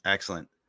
Excellent